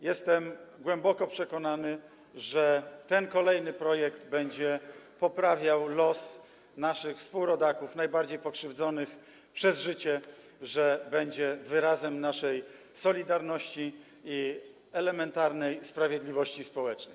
Jestem głęboko przekonany, że ten kolejny projekt będzie poprawiał los naszych współrodaków, najbardziej pokrzywdzonych przez życie, że będzie wyrazem naszej solidarności i elementarnej sprawiedliwości społecznej.